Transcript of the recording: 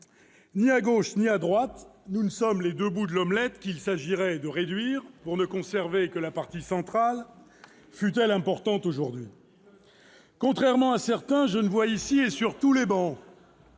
Ni à gauche ni à droite nous ne sommes les deux bouts de l'omelette qu'il s'agirait de réduire pour ne conserver que la partie centrale, fût-elle importante aujourd'hui. Contrairement à certains, je ne vois ici, sur toutes les travées,